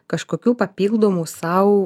kažkokių papildomų sau